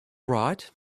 right